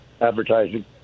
advertising